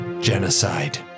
genocide